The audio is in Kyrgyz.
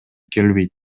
келбейт